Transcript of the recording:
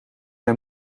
hij